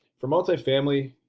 for multifamily,